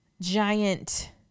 giant